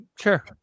Sure